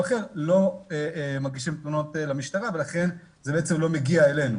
אחר לא מגישים תלונות למשטרה ולכן זה לא מגיע אלינו.